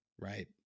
right